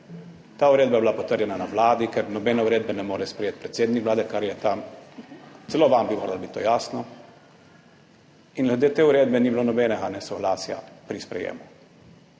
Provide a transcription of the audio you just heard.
Ta uredba je bila potrjena na Vladi, ker nobene uredbe ne more sprejeti predsednik Vlade, kar je tam, celo vam bi moralo biti to jasno, in glede te uredbe ni bilo nobenega soglasja pri sprejemu.